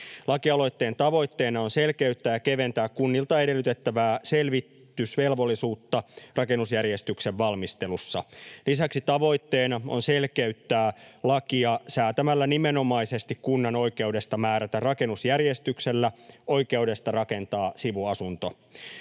Lakialoitteen tavoitteena on selkeyttää ja keventää kunnilta edellytettävää selvitysvelvollisuutta rakennusjärjestyksen valmistelussa. Lisäksi tavoitteena on selkeyttää lakia säätämällä nimenomaisesti kunnan oikeudesta määrätä rakennusjärjestyksellä oikeudesta rakentaa sivuasunto.